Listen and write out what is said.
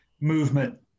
movement